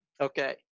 okay